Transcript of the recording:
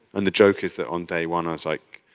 and the joke is that on day one, i was like,